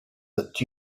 that